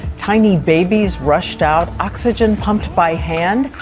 tiny babies rushed out, oxygen pumped by hand,